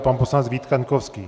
Pan poslanec Vít Kaňkovský.